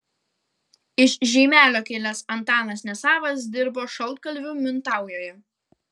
iš žeimelio kilęs antanas nesavas dirbo šaltkalviu mintaujoje